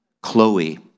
Chloe